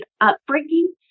upbringing